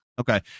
Okay